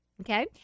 Okay